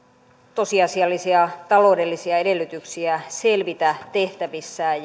tosiasiallisia taloudellisia edellytyksiä selvitä tehtävissään